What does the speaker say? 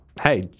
hey